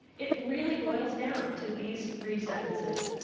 it really boils down to these three sentences.